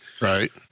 Right